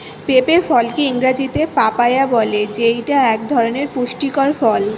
পেঁপে ফলকে ইংরেজিতে পাপায়া বলে যেইটা এক ধরনের পুষ্টিকর ফল